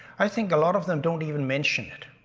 i think a lot of them don't even mention it.